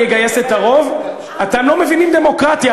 אתם לא מבינים דמוקרטיה,